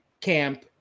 camp